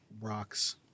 rocks